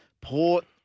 Port